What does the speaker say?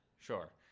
sure